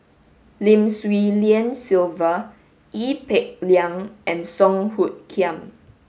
Lim Swee Lian Sylvia Ee Peng Liang and Song Hoot Kiam